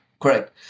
Correct